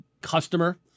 customer